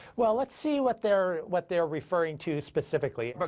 well, let's see what they're what they're referring to, specifically. but